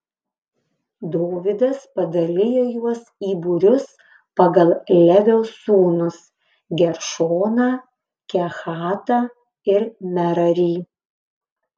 dovydas padalijo juos į būrius pagal levio sūnus geršoną kehatą ir merarį